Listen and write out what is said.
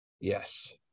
yes